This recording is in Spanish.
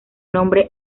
nombre